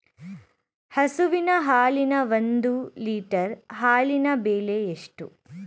ಹಸುವಿನ ಹಾಲಿನ ಒಂದು ಲೀಟರ್ ಹಾಲಿನ ಬೆಲೆ ಎಷ್ಟು?